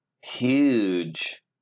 huge